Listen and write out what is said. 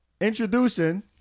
Introducing